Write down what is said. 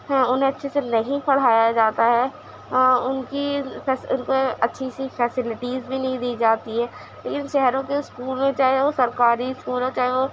پھر اُنہیں اچھے سے نہیں پڑھایا جاتا ہے اُن کی فیس اُن کو اچھی سی فیسلٹیز بھی نہیں دی جاتی ہے لیکن شہروں کے اسکول چاہے وہ سرکاری اسکول ہوں چاہے وہ